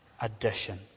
addition